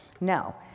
no